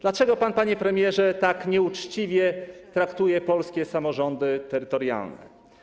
Dlaczego pan, panie premierze, tak nieuczciwie traktuje polskie samorządy terytorialne?